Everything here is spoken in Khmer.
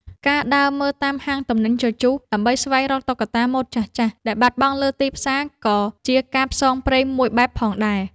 ការដើរមើលតាមហាងទំនិញជជុះ ដើម្បីស្វែងរកតុក្កតាម៉ូដចាស់ៗដែលបាត់បង់លើទីផ្សារ ក៏ជាការផ្សងព្រេងមួយបែបផងដែរ។